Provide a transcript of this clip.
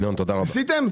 ניסיתם?